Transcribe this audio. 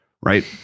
Right